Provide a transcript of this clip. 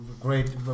great